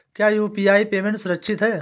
क्या UPI payment सुरक्षित है?